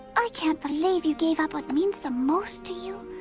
i can't believe you gave up what means the most to you,